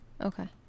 Okay